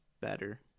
better